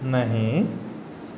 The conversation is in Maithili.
नहि